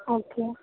okay